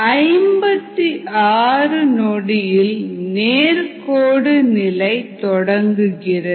56 நொடியில் நேர்கோடு நிலை தொடங்குகிறது